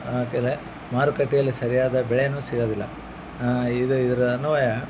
ಹಾಕದೆ ಮಾರುಕಟ್ಟೆಯಲ್ಲಿ ಸರಿಯಾದ ಬೆಳೆಯನ್ನು ಸಿಗೋದಿಲ್ಲ ಇದು ಇದ್ರ ಅನ್ವಯ